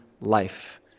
life